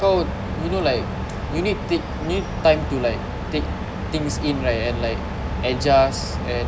kau you know like you need time to like take things in right and like adjust and